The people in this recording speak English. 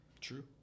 True